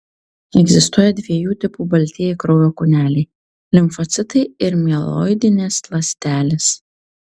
egzistuoja dviejų tipų baltieji kraujo kūneliai limfocitai ir mieloidinės ląstelės